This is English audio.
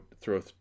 throw